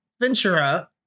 Ventura